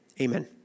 Amen